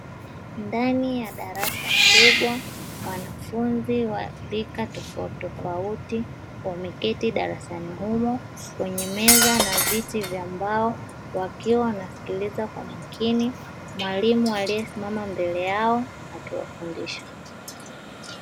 Ndani ya darasa kubwa wanafunzi wa rika tofauti tofauti wameketi darasani humo, kwenye meza, na viti vya mbao, wakiwa wanasikiliza kwa makini mwalimu aliyesimama mbele yao akiwafundisha.